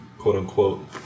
quote-unquote